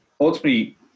ultimately